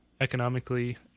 economically